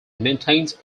maintains